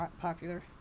popular